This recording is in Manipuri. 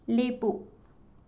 ꯂꯦꯞꯄꯨ